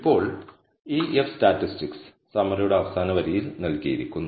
ഇപ്പോൾ ഈ F statistics സമ്മറിയുടെ അവസാന വരിയിൽ നൽകിയിരിക്കുന്നു